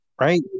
Right